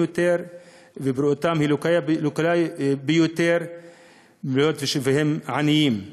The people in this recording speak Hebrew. יותר ובריאותם לקויה יותר והם עניים.